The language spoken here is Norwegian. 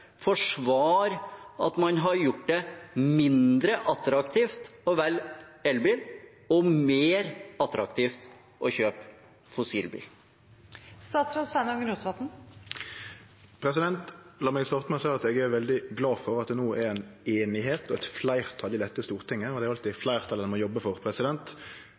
forsvare at man har gjort det mindre attraktivt å velge elbil og mer attraktivt å kjøpe fossilbil? La meg starte med å seie at eg er veldig glad for at det no er einigheit og eit fleirtal i dette stortinget – og det er alltid eit fleirtal ein må jobbe for